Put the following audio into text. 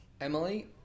Emily